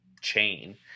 chain